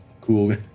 Cool